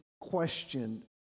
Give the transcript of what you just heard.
question